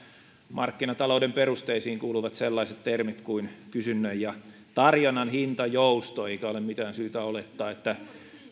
markkinatalouden perusteisiin kuuluvat sellaiset termit kuin kysynnän ja tarjonnan hintajousto eikä ole mitään syytä olettaa että